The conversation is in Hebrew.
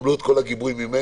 תקבלו את כל הגיבוי ממני,